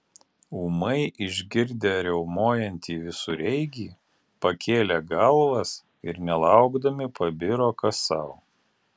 ūmai išgirdę riaumojantį visureigį pakėlė galvas ir nelaukdami pabiro kas sau